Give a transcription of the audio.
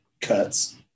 cuts